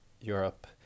europe